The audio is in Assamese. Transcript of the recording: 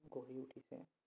গঢ়ি উঠিছে